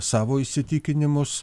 savo įsitikinimus